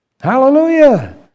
Hallelujah